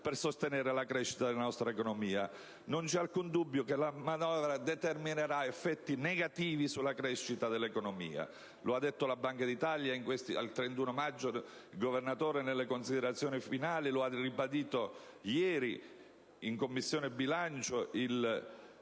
per sostenere la crescita della nostra economia. Non c'è alcun dubbio che la manovra determinerà effetti negativi sulla crescita dell'economia. Come ha detto il Governatore della Banca d'Italia il 31 maggio scorso nelle sue considerazioni finali, e ha ribadito ieri, in Commissione bilancio,